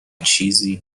چیزی